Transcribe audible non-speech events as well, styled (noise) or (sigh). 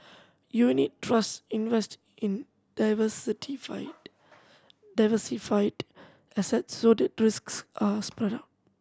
unit trusts invest in (unintelligible) diversified assets so that risks are spread out